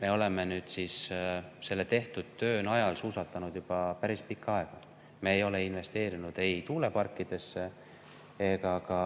Me oleme nüüd selle tehtud töö najal suusatanud juba päris pikka aega. Me ei ole investeerinud ei tuuleparkidesse ega ka